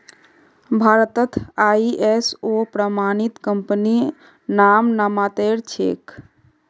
भारतत आई.एस.ओ प्रमाणित कंपनी नाममात्रेर छेक